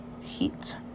Heat